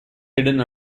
hidden